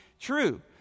true